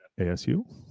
ASU